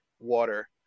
water